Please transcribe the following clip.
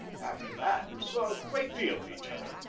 after that we saw a great deal of each other,